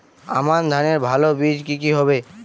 আমান ধানের ভালো বীজ কি কি হবে?